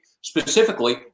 specifically